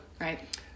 Right